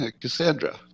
Cassandra